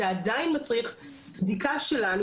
זה עדיין מצריך בדיקה שלנו,